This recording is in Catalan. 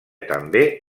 també